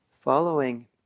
following